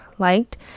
liked